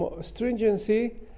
stringency